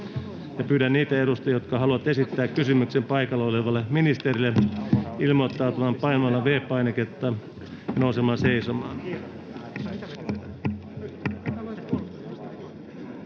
pyydän niitä edustajia, jotka haluavat esittää kysymyksen paikalla olevalle ministerille, ilmoittautumaan painamalla V-painiketta ja nousemalla seisomaan.